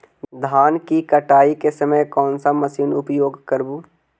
धान की कटाई के समय कोन सा मशीन उपयोग करबू?